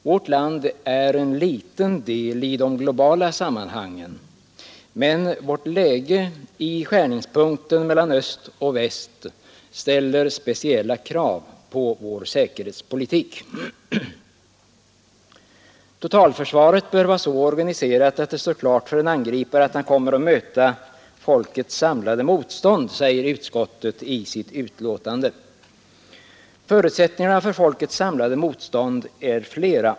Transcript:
Vårt land är en liten del i de globala sammanhangen. Men vårt läge, i skärningspunkten mellan öst och väst, ställer speciella krav på vår säkerhetspolitik. Totalförsvaret bör vara så organiserat att det står klart för en angripare att han kommer att möta folkets samlade motstånd, säger utskottet i sitt betänkande. Förutsättningarna för folkets samlade motstånd är flera.